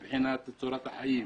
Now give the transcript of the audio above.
מבחינת צורת החיים,